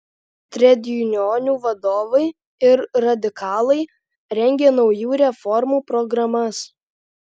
tredjunionų vadovai ir radikalai rengė naujų reformų programas